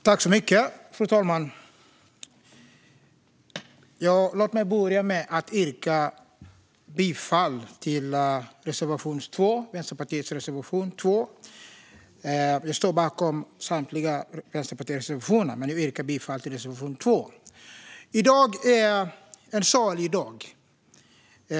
Fru talman! Låt mig börja med att yrka bifall till Vänsterpartiets reservation 2. Jag står bakom samtliga Vänsterpartiets reservationer, men jag yrkar bifall endast till reservation 2. I dag är en sorglig dag.